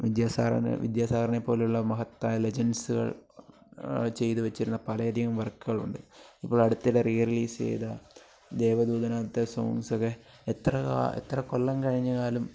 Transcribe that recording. വിദ്യാസാഗറിനെ വിദ്യാസാഗറിനെപ്പോലെയുള്ള മഹത്തായ ലെജൻസുകൾ ചെയ്ത് വച്ചിരുന്ന പലയധികം വർക്കുകളുണ്ട് ഇപ്പോൾ അടുത്തിടെ റിലീസ് ചെയ്ത ദേവദൂതനകത്തെ സോങ്സൊക്കെ എത്ര എത്ര കൊല്ലം കഴിഞ്ഞാലും